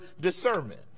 discernment